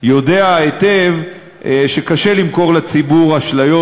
יודע היטב שקשה למכור לציבור אשליות